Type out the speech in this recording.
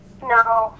No